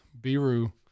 biru